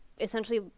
essentially